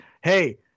hey